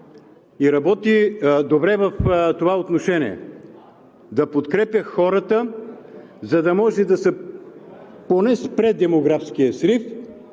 и работи добре в това отношение – да подкрепя хората, за да може поне да се спре демографският срив,